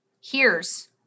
Hears